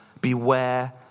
Beware